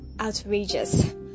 outrageous